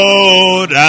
Lord